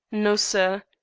no, sir.